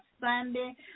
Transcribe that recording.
Sunday